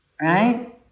right